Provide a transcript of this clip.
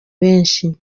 benshi